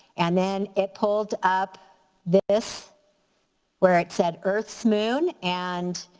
and then it pulled up this where it said earth's moon and